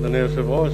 אדוני היושב-ראש,